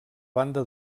banda